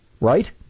right